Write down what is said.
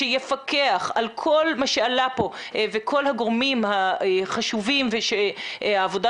שיפקח על כל מה שעלה כאן וכל הגורמים החשובים שהעבודה